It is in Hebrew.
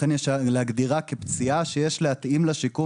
לכן יש להגדירה כפציעה שיש להתאים לה שיקום